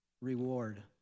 reward